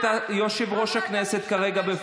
את מאיימת עליי?